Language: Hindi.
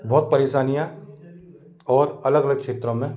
बहुत परेशानियाँ और अलग अलग क्षेत्रों में